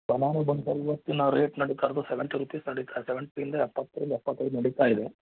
banana ಬಂದು ಇವತ್ತಿನ rate ನಡಿತಾ ಇರೋದು ಸೆವೆಂಟಿ ರುಪೀಸ್ ನಡಿತಾ ಸೆವೆಂಟಿಯಿಂದ ಎಪ್ಪತ್ತರಿಂದ ಎಪ್ಪತ್ತೈದು ನಡಿತಾ ಇದೆ